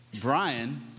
Brian